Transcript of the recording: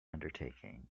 undertaking